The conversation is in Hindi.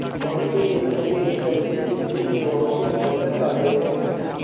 कौनसे लेनदेन गैर बैंकिंग वित्तीय सेवाओं के अंतर्गत आते हैं?